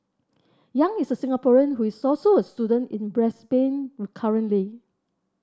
Yang is a Singaporean who is also a student in Brisbane currently